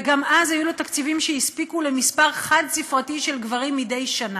וגם אז היו לו תקציבים שהספיקו למספר חד-ספרתי של גברים מדי שנה.